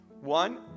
One